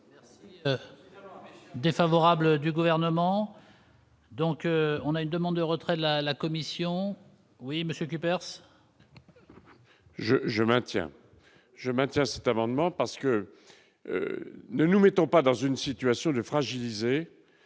merci. Défavorable du gouvernement. Donc on a une demande de retrait de la la Commission oui mais ce qui perce. Je je maintiens, je maintiens cet amendement parce que ne nous mettons pas dans une situation de fragiliser